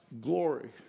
glory